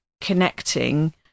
connecting